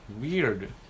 weird